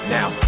Now